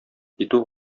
китү